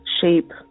shape